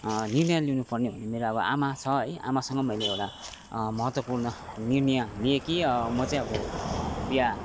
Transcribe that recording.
निर्णय लिनु पर्ने हो भने मेरो एउटा आमा छ है आमासँग मैले एउटा महत्त्पूर्ण निर्णय लिएँ कि म चाहिँ अब बिहा